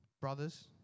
brothers